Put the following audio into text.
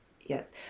Yes